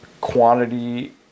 quantity